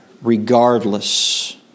regardless